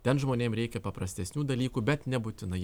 ten žmonėm reikia paprastesnių dalykų bet nebūtinai